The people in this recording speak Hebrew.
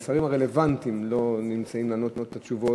והשרים הרלוונטיים לא נמצאים לענות תשובות.